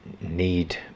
need